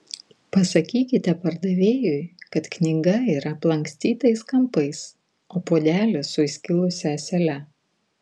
pasakykite pardavėjui kad knyga yra aplankstytais kampais o puodelis su įskilusia ąsele